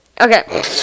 Okay